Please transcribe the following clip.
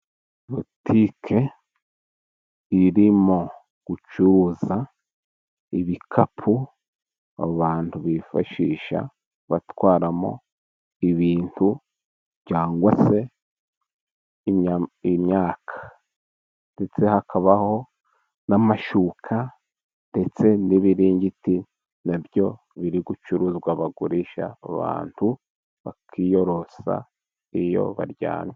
Butike iri mu gucuruza ibikapu abantu bifashisha batwaramo ibintu, cyangwa se imyaka. Ndetse hakabaho n'amashuka ndetse n'ibiringiti na byo biri gucuruzwa, bagurisha abantu bakiyorosa iyo baryamye.